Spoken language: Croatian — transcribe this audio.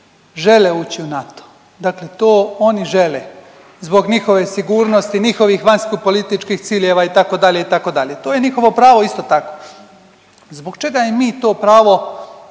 žele ući u NATO, dakle to oni žele zbog njihove sigurnosti, njihovih vanjskopolitičkih ciljeva itd., itd., to je njihovo pravo isto tako. Zbog čega mi im to pravo iz nekog